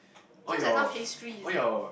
so it's like sound pastry is it